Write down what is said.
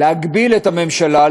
להגביל את הממשלה,